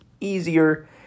easier